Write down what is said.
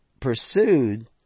pursued